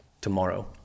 tomorrow